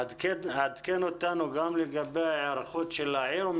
עדכן אותנו גם לגבי ההיערכות של העיר אום